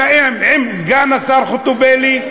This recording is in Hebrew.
האם תתאם עם סגנית השר חוטובלי?